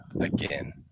again